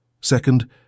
Second